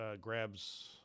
grabs